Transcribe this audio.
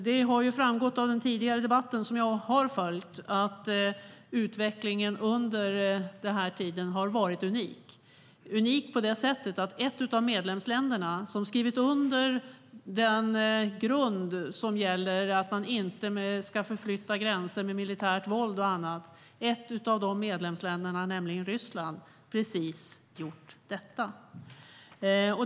Det har framgått av den tidigare debatten att utvecklingen under den här tiden har varit unik på det sättet att ett av medlemsländerna som skrivit under grundprincipen att man inte ska förflytta gränser med militärt våld och annat, nämligen Ryssland, precis har gjort detta.